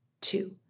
two